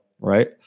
right